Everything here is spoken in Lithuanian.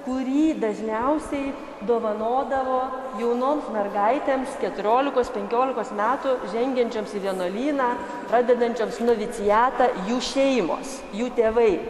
kurį dažniausiai dovanodavo jaunoms mergaitėms keturiolikos penkiolikos metų žengiančioms į vienuolyną pradedančioms noviciatą jų šeimos jų tėvai